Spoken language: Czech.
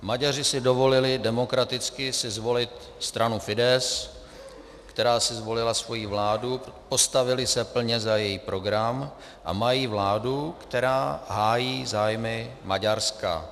Maďaři si dovolili demokraticky si zvolit stranu Fidesz, která si zvolila svojí vládu, postavili se plně za její program a mají vládu, která hájí zájmy Maďarska.